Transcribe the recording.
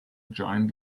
giant